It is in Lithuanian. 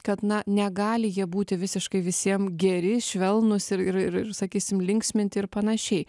kad na negali jie būti visiškai visiem geri švelnūs ir ir ir sakysim linksminti ir panašiai